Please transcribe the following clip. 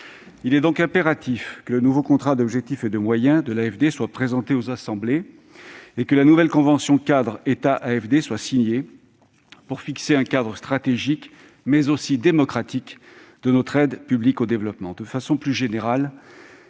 Il est donc impératif que le nouveau contrat d'objectifs et de moyens de l'AFD soit présenté aux assemblées et que la nouvelle convention-cadre entre l'État et l'AFD soit signée pour fixer le schéma stratégique, mais aussi démocratique, de notre aide publique au développement.